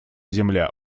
земля